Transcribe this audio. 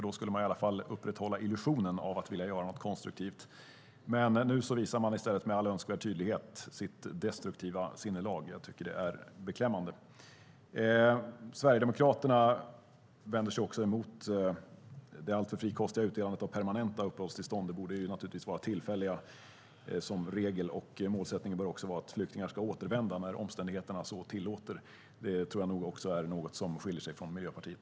Då skulle man i alla fall upprätthålla illusionen av att vilja göra något konstruktivt. Nu visar man i stället med all önskvärd tydlighet sitt destruktiva sinnelag. Jag tycker att det är beklämmande. Sverigedemokraterna vänder sig också emot det alltför frikostiga utdelandet av permanenta uppehållstillstånd. De borde naturligtvis vara tillfälliga som regel. Målsättningen bör också vara att flyktingar ska återvända när omständigheterna så tillåter. Det tror jag nog också är något som skiljer sig från Miljöpartiet.